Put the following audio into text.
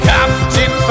Captain